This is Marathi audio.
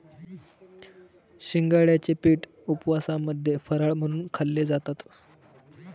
शिंगाड्याचे पीठ उपवासामध्ये फराळ म्हणून खाल्ले जातात